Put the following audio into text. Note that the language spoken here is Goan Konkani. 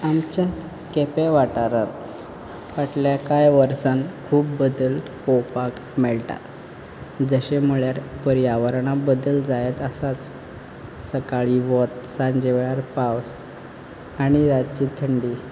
आमच्या केपें वाठारांत फाटले कांय वर्सान खूब बदल पळोवपाक मेळटात जशें म्हणल्यार पर्यावरणा बद्दल जायत आसाच सकाळीं वत सांजे वेळार पावस आनी रातची थंडी